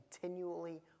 continually